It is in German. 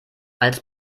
als